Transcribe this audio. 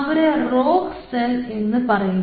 അവരെ rogue cell എന്നു പറയും